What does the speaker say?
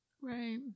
right